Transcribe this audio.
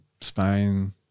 Spain